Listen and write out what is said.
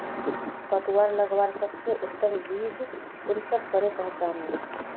पटुआ लगवार सबसे उत्तम बीज कुंसम करे पहचानूम?